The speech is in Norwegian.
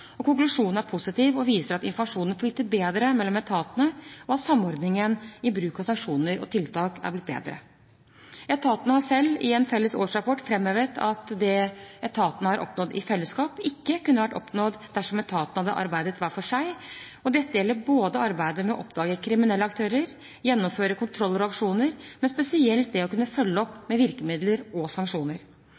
og fram til i dag, og konklusjonen er positiv og viser at informasjonen flyter bedre mellom etatene, og at samordningen i bruk av sanksjoner og tiltak er blitt bedre. Etatene har selv i en felles årsrapport framhevet at det etatene har oppnådd i fellesskap, ikke kunne ha vært oppnådd dersom etatene hadde arbeidet hver for seg. Dette gjelder både arbeidet med å oppdage kriminelle aktører, gjennomføre kontroller og aksjoner, og spesielt det å kunne følge opp med virkemidler og sanksjoner.